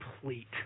complete